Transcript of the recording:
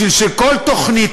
בשביל שכל תוכנית,